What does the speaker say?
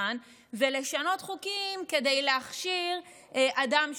לכאן זה לשנות חוקים כדי להכשיר אדם שהורשע.